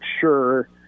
sure